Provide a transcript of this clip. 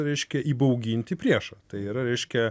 reiškia įbauginti priešą tai yra reiškia